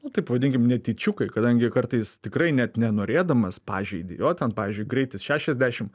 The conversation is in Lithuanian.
nu taip vadinkim netyčiukai kadangi kartais tikrai net nenorėdamas pažeidi jo ten pavyzdžiui greitis šešiasdešimt